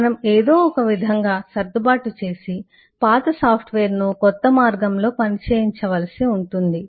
మనం ఏదో ఒకవిధంగా సర్దుబాటు చేసి పాత సాఫ్ట్వేర్ను కొత్త మార్గంలో పని చేయించవలసి ఉంటుంది